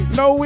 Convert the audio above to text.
no